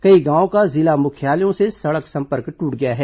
कई गांवो का जिला मुख्यालयों से सड़क संपर्क ट्रट गया है